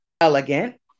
elegant